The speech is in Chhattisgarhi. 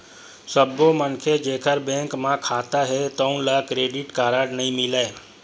सब्बो मनखे जेखर बेंक म खाता हे तउन ल क्रेडिट कारड नइ मिलय